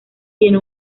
tiene